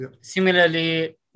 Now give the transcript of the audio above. similarly